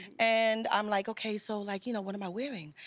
and i'm like, okay, so like, you know what am i wearing?